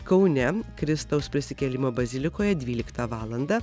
kaune kristaus prisikėlimo bazilikoje dvyliktą valandą